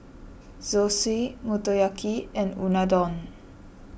Zosui Motoyaki and Unadon